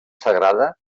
sagrada